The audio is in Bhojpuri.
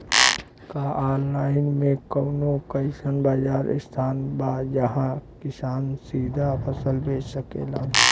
का आनलाइन मे कौनो अइसन बाजार स्थान बा जहाँ किसान सीधा फसल बेच सकेलन?